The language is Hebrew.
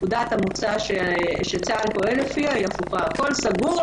נקודת המוצא שצה"ל פועל לפיה הפוכה: הכול סגור,